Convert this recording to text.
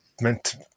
meant